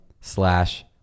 slash